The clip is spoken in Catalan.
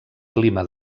clima